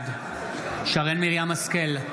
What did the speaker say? בעד שרן מרים השכל,